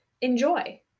enjoy